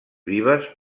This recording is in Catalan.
vives